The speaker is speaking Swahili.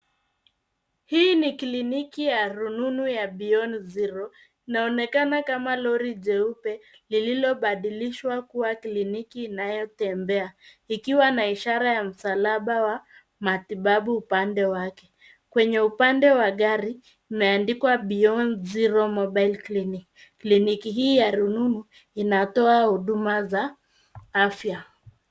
Hii ni kliniki ya rununu ya Beyond Zero, inaonekana kama lori jeupe lililobadilishwa kuwa kliniki inayotembea, ikiwa na ishara ya msalaba wa matibabu upande wake. Kwenye upande wa gari, imeandikwa Beyond Zero Mobile Clinic . Kliniki hii ya rununu inatoa huduma za afya.